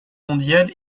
mondiale